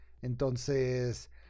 Entonces